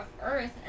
Earth